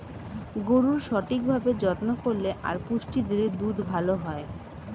গরুর সঠিক ভাবে যত্ন করলে আর পুষ্টি দিলে দুধ ভালো হয়